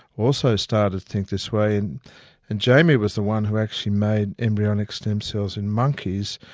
also started to think this way. and and jamie was the one who actually made embryonic stem cells in monkeys,